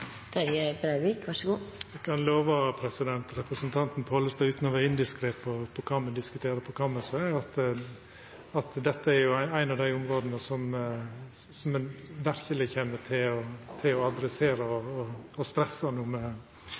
Eg kan lova representanten Pollestad, utan å vera indiskret om kva me diskuterer på kammerset, at dette er eit av dei områda som me verkeleg kjem til å adressera og stressa når me sit og forhandlar med regjeringspartia. Eg trur til og med at utan at me